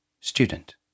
Student